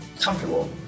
comfortable